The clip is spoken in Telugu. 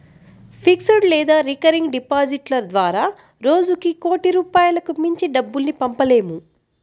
ఫిక్స్డ్ లేదా రికరింగ్ డిపాజిట్ల ద్వారా రోజుకి కోటి రూపాయలకు మించి డబ్బుల్ని పంపలేము